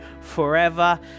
forever